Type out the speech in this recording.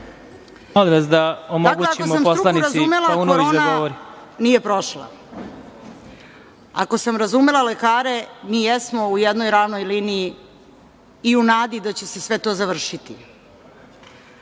ako sam struku razumela, Korona nije prošla. Ako sam razumela lekare, mi jesmo u jednoj ravnoj liniji i u nadi da će se sve to završiti.